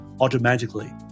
automatically